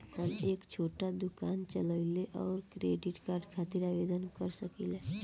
हम एक छोटा दुकान चलवइले और क्रेडिट कार्ड खातिर आवेदन कर सकिले?